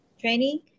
training